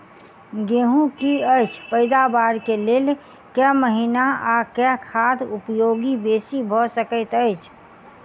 गेंहूँ की अछि पैदावार केँ लेल केँ महीना आ केँ खाद उपयोगी बेसी भऽ सकैत अछि?